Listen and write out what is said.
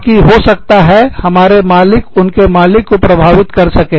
ताकि हो सकता है हमारे मालिक उनके मालिक को प्रभावित कर सके